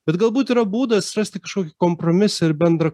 bet galbūt yra būdas rasti kažkokį kompromisą ir bendrą